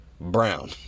brown